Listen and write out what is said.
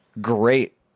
Great